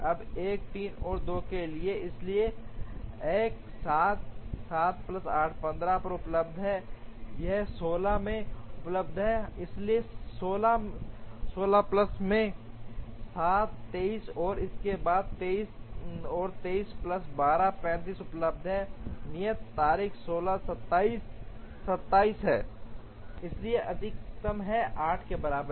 अब 1 3 और 2 के लिए इसलिए एक 7 7 प्लस 8 15 पर उपलब्ध है यह 16 में उपलब्ध है इसलिए 16 प्लस में 7 23 और उसके बाद 23 को 23 प्लस 12 35 उपलब्ध है नियत तारीखें 16 27 27 हैं इसलिए एल अधिकतम है 8 के बराबर